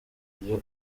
iyo